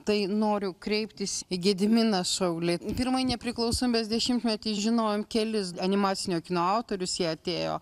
tai noriu kreiptis į gediminą šaulį pirmąjį nepriklausomybės dešimtmetį žinojom kelis animacinio kino autorius jie atėjo